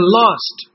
lost